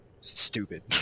Stupid